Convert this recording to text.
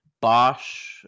Bosch